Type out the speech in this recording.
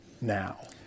now